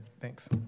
Thanks